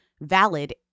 valid